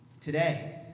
Today